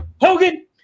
Hogan